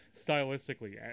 stylistically